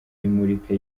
imurika